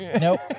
Nope